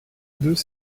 deux